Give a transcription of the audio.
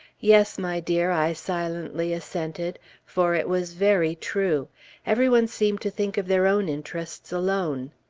yes, my dear, i silently assented for it was very true every one seemed to think of their own interests alone.